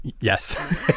Yes